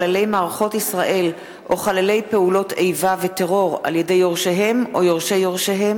אישור על קבלת מסמכים לפטור מטעמי הכרה דתית),